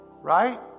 Right